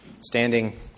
Standing